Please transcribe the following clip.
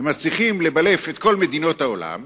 ומצליחים לבלף את כל מדינות העולם